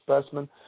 specimen